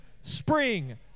spring